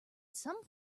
some